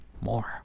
more